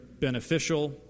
beneficial